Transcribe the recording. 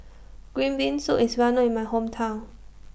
Green Bean Soup IS Well known in My Hometown